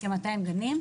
כ-200 גנים.